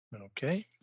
Okay